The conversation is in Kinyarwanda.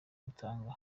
butanga